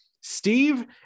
Steve